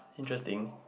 interesting